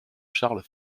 charles